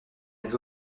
les